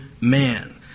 man